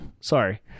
Sorry